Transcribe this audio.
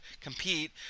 compete